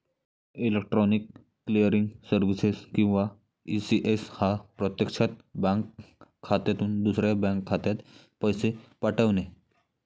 electronic clearing services किंवा ECS हा प्रत्यक्षात बँक खात्यातून दुसऱ्या बँक खात्यात पैसे पाठवणे